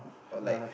err like